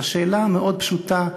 על השאלה המאוד-פשוטה,